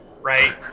right